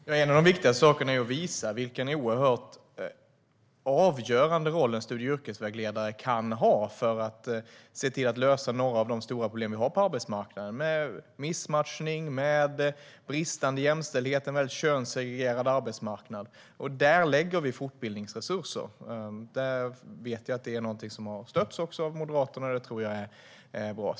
Herr talman! En av de viktiga sakerna är att visa vilken oerhört avgörande roll en studie och yrkesvägledare kan ha för att se till att lösa några av de stora problem vi har på arbetsmarknaden med missmatchning, bristande jämställdhet och en väldigt könssegregerad arbetsmarknad. Där lägger vi fortbildningsresurser. Jag vet att det är någonting som också stötts av Moderaterna, och det tror jag är bra.